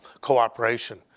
cooperation